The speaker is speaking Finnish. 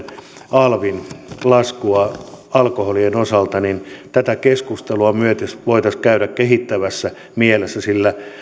alvin laskua alkoholien osalta että tätä keskustelua me voisimme käydä kehittävässä mielessä sillä